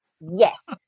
Yes